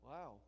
Wow